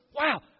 wow